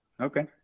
Okay